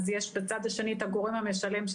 אז יש בצד השני את הגורם המשלם,